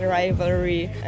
rivalry